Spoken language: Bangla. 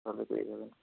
তাহলেই পেয়ে যাবেন